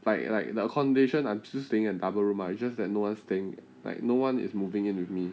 like like like the accommodation I'm still staying in double room ah it's just that no one staying like no one is moving in with me